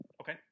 Okay